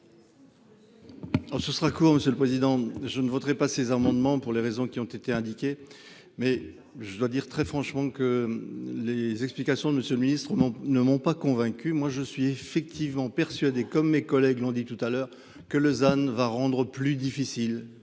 Ce sera court, Monsieur le Président, je ne voterai pas ces amendements pour les raisons qui ont été indiquées. Mais je dois dire très franchement que les explications de Monsieur le Ministre ne m'ont pas convaincu. Moi je suis effectivement persuadé comme mes collègues l'ont dit tout à l'heure que Lausanne va rendre plus difficile